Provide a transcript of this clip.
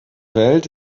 welt